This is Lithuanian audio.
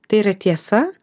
tai yra tiesa